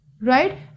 right